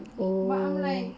oh